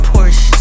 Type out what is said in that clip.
Porsche